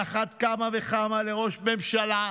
על אחת כמה וכמה לראש הממשלה.